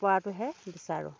পৰাটোহে বিচাৰোঁ